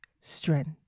strength